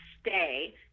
stay